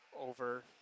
over